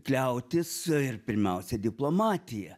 kliautis ir pirmiausia diplomatija